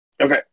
okay